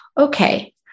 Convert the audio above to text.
okay